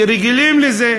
כי רגילים לזה.